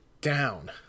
down